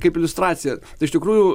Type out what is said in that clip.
kaip iliustracija tai iš tikrųjų